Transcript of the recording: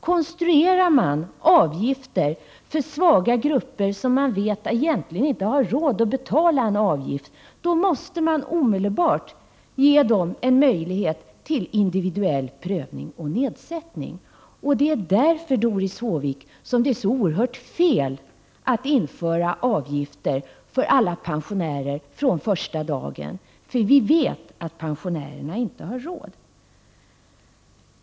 Konstruerar man avgifter för svaga grupper, som man vet egentligen inte har råd att betala, då måste man också omedelbart ge dem en möjlighet till individuell prövning och nedsättning. Det är därför, Doris Håvik, som det är så fel att införa avgifter för alla pensionärer från första dagen, när vi vet att pensionärerna inte har råd.